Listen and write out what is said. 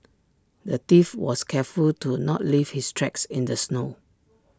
the thief was careful to not leave his tracks in the snow